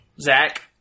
Zach